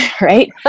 right